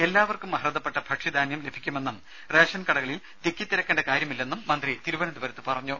എല്ലാവർക്കും അർഹതപ്പെട്ട ഭക്ഷ്യധാന്യം ലഭിക്കുമെന്നും റേഷൻകടകളിൽ തിക്കിതിരക്കേണ്ട കാര്യമില്ലെന്നും മന്ത്രി തിരുവനന്തപുരത്ത് പറഞ്ഞു